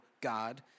God